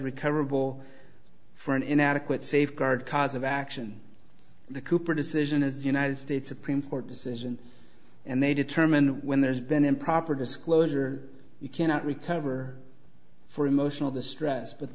an inadequate safeguard cause of action the cooper decision as united states supreme court decision and they determine when there's been improper disclosure you cannot recover for emotional distress but